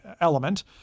element